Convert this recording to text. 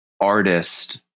artist